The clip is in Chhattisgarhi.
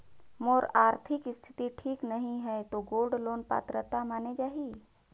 मोर आरथिक स्थिति ठीक नहीं है तो गोल्ड लोन पात्रता माने जाहि?